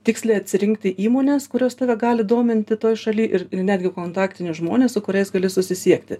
tiksliai atsirinkti įmones kurios tave gali dominti toj šaly ir netgi kontaktinius žmones su kuriais gali susisiekti